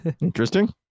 Interesting